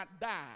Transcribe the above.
die